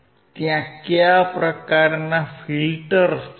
ત્યાં કયા પ્રકારના ફિલ્ટર્સ છે